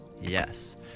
yes